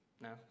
No